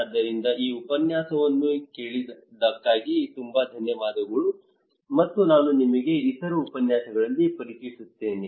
ಆದ್ದರಿಂದ ಈ ಉಪನ್ಯಾಸವನ್ನು ಕೇಳಿದ್ದಕ್ಕಾಗಿ ತುಂಬಾ ಧನ್ಯವಾದಗಳು ಮತ್ತು ನಾನು ನಿಮಗೆ ಇತರ ಉಪನ್ಯಾಸಗಳಲ್ಲಿ ಪರಿಚಯಿಸುತ್ತೇನೆ